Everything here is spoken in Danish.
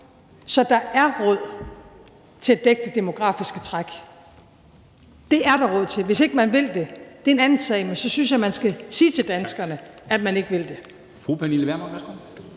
så der er råd til at dække det demografiske træk. Det er der råd til. Hvis ikke man vil det, er det en anden sag, men så synes jeg, man skal sige til danskerne, at man ikke vil det.